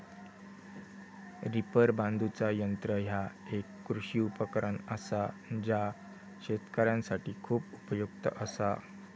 reaper बांधुचा यंत्र ह्या एक कृषी उपकरण असा जा शेतकऱ्यांसाठी खूप उपयुक्त असा